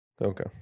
Okay